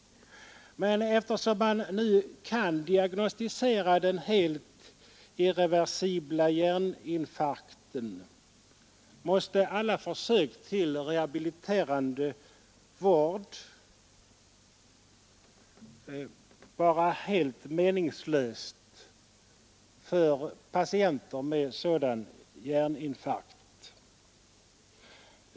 Men eftersom man nu kan diagnostisera den helt irreversibla hjärninfarkten, måste alla försök till rehabiliterande vård vara helt meningslösa för patienter med sådan hjärninfarkt.